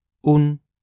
un